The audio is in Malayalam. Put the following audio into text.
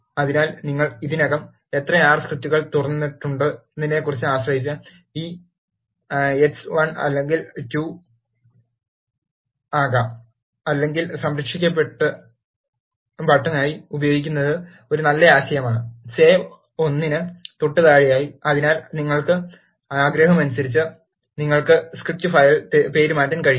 അതിനാൽ നിങ്ങൾ ഇതിനകം എത്ര ആർ സ്ക്രിപ്റ്റുകൾ തുറന്നിട്ടുണ്ടെന്നതിനെ ആശ്രയിച്ച് ഈ x 1 അല്ലെങ്കിൽ 2 ആകാം അല്ലെങ്കിൽ സംരക്ഷിക്കുക ബട്ടണായി ഉപയോഗിക്കുന്നത് ഒരു നല്ല ആശയമാണ് സേവ് ഒന്നിന് തൊട്ടുതാഴെയായി അതിനാൽ നിങ്ങളുടെ ആഗ്രഹമനുസരിച്ച് നിങ്ങൾക്ക് സ്ക്രിപ്റ്റ് ഫയൽ പേരുമാറ്റാൻ കഴിയും